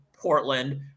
portland